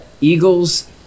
Eagles